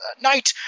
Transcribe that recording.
Knight